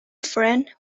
friend